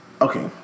Okay